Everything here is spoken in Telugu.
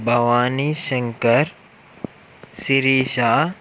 భవాని శంకర్ శిరీష